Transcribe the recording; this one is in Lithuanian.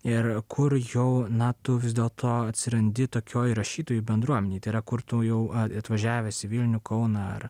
ir kur jau na tu vis dėlto atsirandi tokioj rašytojų bendruomenėj tai yra kur tu jau atvažiavęs į vilnių kauną ar